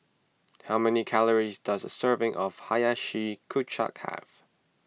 how many calories does a serving of Hiyashi Chuka have